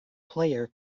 player